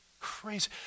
crazy